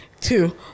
Two